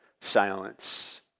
silence